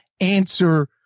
answer